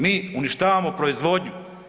Mi uništavamo proizvodnju.